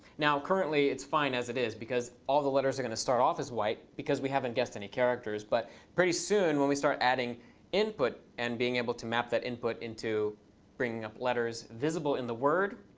now, currently, it's fine as it is, because all the letters are going to start off as white, because we haven't guessed any characters. but pretty soon when we start adding input and being able to map that input into bringing up letters visible in the word,